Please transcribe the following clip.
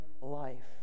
life